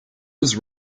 was